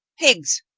higgs,